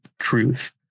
truth